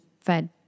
fed